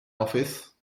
office